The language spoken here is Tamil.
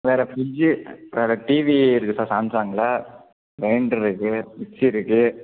வேறு ஃபிரிட்ஜ் வேறு டிவி இருக்கு சார் சாம்சங்கில் கிரைண்டர் இருக்கு மிக்ஸி இருக்கு